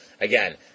Again